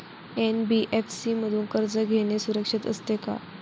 NBFC मधून कर्ज घेणे सुरक्षित असते का?